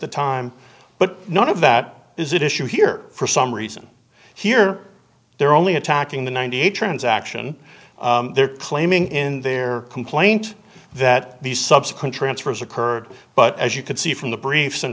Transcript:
the time but none of that is that issue here for some reason here they're only attacking the ninety eight transaction they're claiming in their complaint that these subsequent transfers occurred but as you can see from the briefs